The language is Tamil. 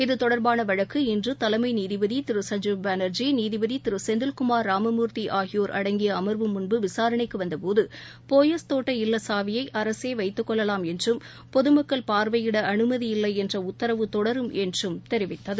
இது தொடர்பானவழக்கு இன்றுதலைமைநீதிபதிதிரு சஞ்சீப் பானர்ஜி நீதிபதிதிருசெந்தில்குமார் ராமமூர்த்திஆகியோர் அடங்கியஅமர்வு முன்பு விசாரணைக்குவந்தபோதபோயஸ் கோட்ட இல்லசாவியைஅரசேவைத்துக் பொதுமக்கள் என்றம் பார்வையிட அனுமதியில்லைஎன்றஉத்தரவு தொடரும் என்றும் தெரிவித்தது